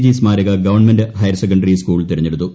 G സ്മാരക government higher secondary school തിരഞ്ഞെടുത്തു